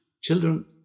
Children